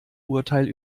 urteil